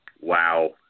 wow